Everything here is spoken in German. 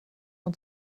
und